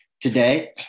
Today